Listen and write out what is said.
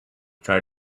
try